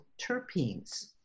terpenes